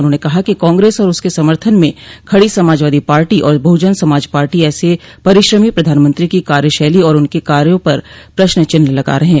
उन्हाने कहा कि कांग्रेस और उसके समर्थन में खड़ी समाजवादी पार्टी और बहुजन समाज पार्टी ऐसे परिश्रमी प्रधानमंत्री की कार्यशैली और उनके कार्यो पर प्रश्न चिन्ह लगा रहे हैं